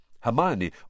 Hermione